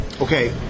Okay